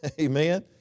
Amen